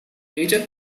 major